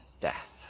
death